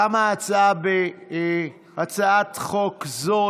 תמה הצעת חוק זו.